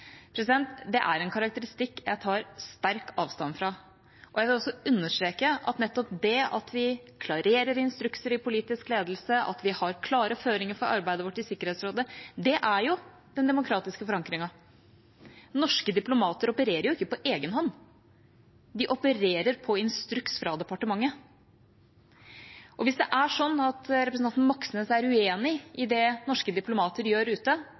Det er en karakteristikk jeg tar sterkt avstand fra. Jeg vil også understreke at nettopp det at vi klarerer instrukser i politisk ledelse, at vi har klare føringer for arbeidet vårt i Sikkerhetsrådet, er den demokratiske forankringen. Norske diplomater opererer jo ikke på egen hånd, de opererer på instruks fra departementet. Hvis det er sånn at representanten Moxnes er uenig i det norske diplomater gjør ute,